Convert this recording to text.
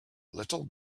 little